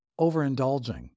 overindulging